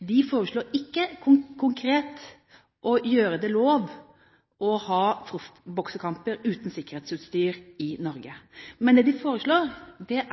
De foreslår ikke konkret å gjøre det lov å ha proffbokserkamper uten sikkerhetsutstyr i Norge. Men det de foreslår, er